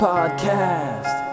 Podcast